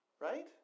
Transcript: right